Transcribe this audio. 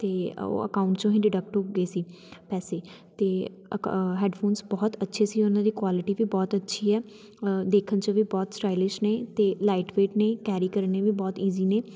ਅਤੇ ਉਹ ਅਕਾਊਟ ਚੋਂ ਹੀ ਡਿਡਕਟ ਹੋ ਗਏ ਸੀ ਪੈਸੇ ਅਤੇ ਅਕਾ ਹੈੱਡਫੋਨਸ ਬਹੁਤ ਅੱਛੇ ਸੀ ਉਹਨਾਂ ਦੀ ਕੁਆਲਿਟੀ ਵੀ ਬਹੁਤ ਅੱਛੀ ਹੈ ਦੇਖਣ 'ਚ ਵੀ ਬਹੁਤ ਸਟਾਈਲਿਸ਼ ਨੇ ਅਤੇ ਲਾਈਟ ਵੇਟ ਨੇ ਕੈਰੀ ਕਰਨੇ ਵੀ ਬਹੁਤ ਈਜ਼ੀ ਨੇ